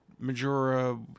majora